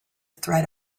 threat